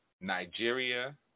Nigeria